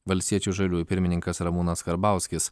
valstiečių ir žaliųjų pirmininkas ramūnas karbauskis